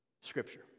Scripture